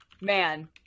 man